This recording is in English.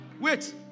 Wait